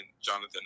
Jonathan